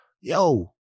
yo